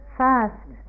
first